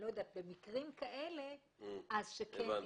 במקרים כאלה, כן תישאר.